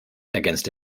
ergänzte